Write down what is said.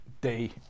day